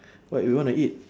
what you wanna eat